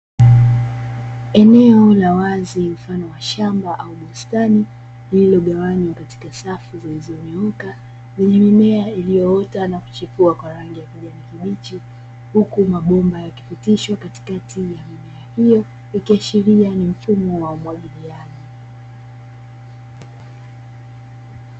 Eneo la wazi mfano wa shamba au bustani, lililogawanywa kati safu zilizonyooka, lenye mimea iliyoota na kuchipua kwa rangi ya kijani kibichi. Huku mabomba yakipitishwa katikati ya mimea hiyo, ikiashiria ni mfumo wa umwagiliaji.